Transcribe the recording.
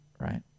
right